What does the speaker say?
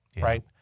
right